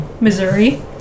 Missouri